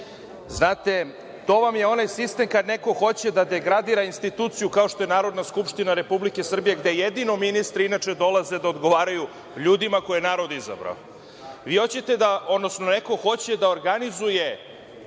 krste. Znate, to vam je onaj sistem kad neko hoće da degradira instituciju kao što je Narodna skupština Republike Srbije, gde jedino ministri, inače, dolaze da odgovaraju ljudima koje je narod izabrao. Vi hoćete, odnosno neko hoće da organizuje